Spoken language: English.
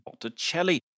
Botticelli